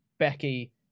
Becky